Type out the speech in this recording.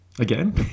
Again